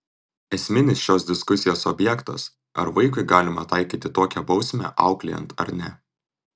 esminis šios diskusijos objektas ar vaikui galima taikyti tokią bausmę auklėjant ar ne